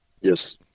yes